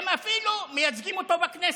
הם אפילו מייצגים אותו בכנסת?